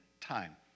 time